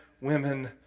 women